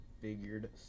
figured